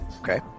okay